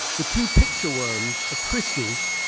the two picture worms of christie's,